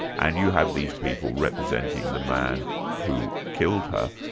and you have these people representing the man who killed her.